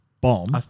bomb